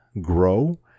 grow